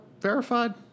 verified